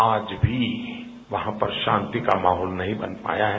आज भी वहां पर शांति का माहौल नही बन पाया है